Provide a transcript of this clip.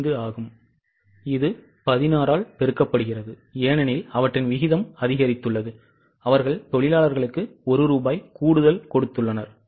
5 ஆகும் இது 16 ஆல் பெருக்கப்படுகிறது ஏனெனில் அவற்றின் விகிதம் அதிகரித்துள்ளது அவர்கள் தொழிலாளர்களுக்கு 1 ரூபாய் கூடுதல் கொடுத்துள்ளனர்